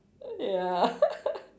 ya